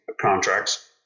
contracts